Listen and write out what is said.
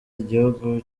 igihugu